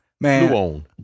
man